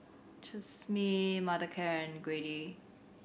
Tresemme Mothercare and Glade